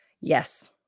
Yes